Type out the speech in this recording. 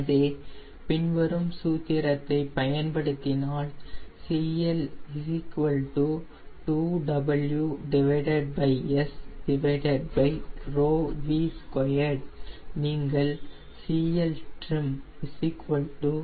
எனவே பின்வரும் சூத்திரத்தை பயன்படுத்தினால் CL 2WSV2 நீங்கள் CLtrim 2 6 9